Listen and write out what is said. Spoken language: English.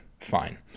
Fine